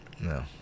no